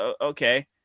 okay